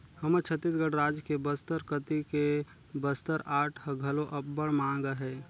हमर छत्तीसगढ़ राज के बस्तर कती के बस्तर आर्ट ह घलो अब्बड़ मांग अहे